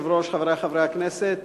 אדוני היושב-ראש, חברי חברי הכנסת,